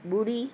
ॿुड़ी